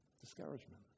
Discouragement